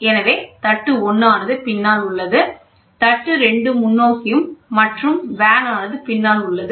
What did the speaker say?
எனவே தட்டு1 ஆனது பின்னால் உள்ளது தட்டு2 முன்னோக்கியும் மற்றும் வேன் ஆனது பின்னால் உள்ளது